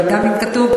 אבל גם אם כתוב,